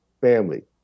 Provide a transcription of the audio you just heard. family